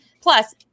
Plus